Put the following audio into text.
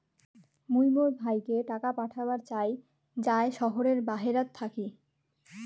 মুই মোর ভাইকে টাকা পাঠাবার চাই য়ায় শহরের বাহেরাত থাকি